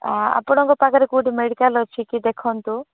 ତ ଆପଣଙ୍କ ପାଖରେ କୋଉଠି ମେଡିକାଲ୍ ଅଛି କି ଦେଖନ୍ତୁ